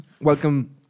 Welcome